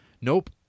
Nope